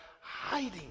hiding